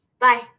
Bye